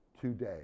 today